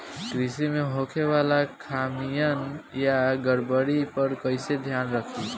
कृषि में होखे वाला खामियन या गड़बड़ी पर कइसे ध्यान रखि?